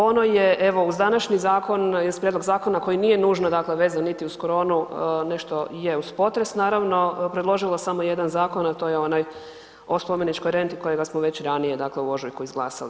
Ono je, evo uz današnji zakon i uz prijedlog zakona koji nije nužno, dakle vezan niti uz koronu, nešto je uz potres naravno, predložila samo jedan zakon, a to je onaj o spomeničkoj renti kojega smo već ranije, dakle u ožujku izglasali.